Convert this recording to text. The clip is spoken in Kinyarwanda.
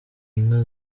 inka